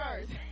first